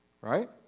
Right